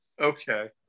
okay